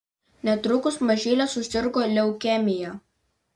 netrukus mažylė susirgo leukemija